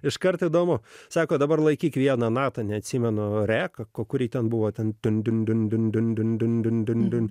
iš karto įdomu sako dabar laikyk vieną natą neatsimenu re kuri ten buvo ten din din din din din din din din din din